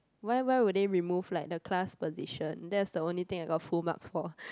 why why would they remove like the class position that's the only thing I got full marks for